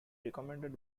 recommended